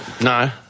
No